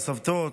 מהסבתות,